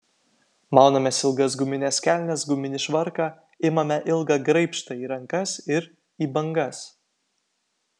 maunamės ilgas gumines kelnes guminį švarką imame ilgą graibštą į rankas ir į bangas